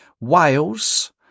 Wales